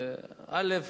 א.